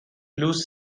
loose